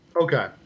Okay